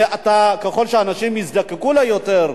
וככל שאנשים יזדקקו יותר,